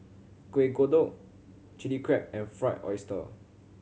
Kueh Kodok Chili Crab and Fried Oyster